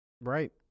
right